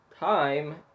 time